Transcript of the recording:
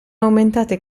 aumentate